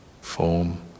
form